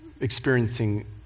experiencing